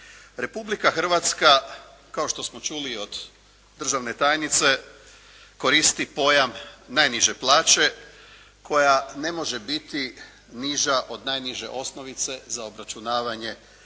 Republika Hrvatska kao što smo čuli i od državne tajnice koristi pojam najniže plaće koja ne može biti niža od najniže osnovice za obračunavanje